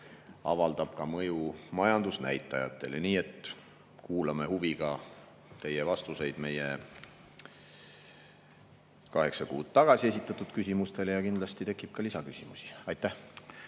avaldab ka mõju majandusnäitajatele. Nii et kuulame huviga teie vastuseid meie kaheksa kuud tagasi esitatud küsimustele ja kindlasti tekib ka lisaküsimusi. Aitäh!